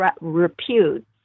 repute